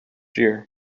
year